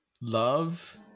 love